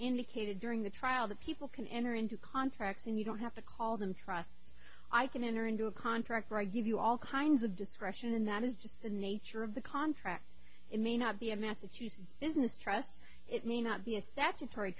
indicated during the trial that people can enter into contracts and you don't have to call them trust i can enter into a contract where i give you all kinds of discretion and that is just the nature of the contract it may not be a massachusetts business trust it may not be a s